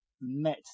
met